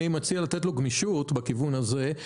אני מציע לתת לו גמישות בכיוון הזה,